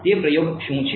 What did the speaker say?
તે પ્રયોગ શું છે